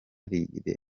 rigena